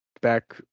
back